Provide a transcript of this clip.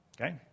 Okay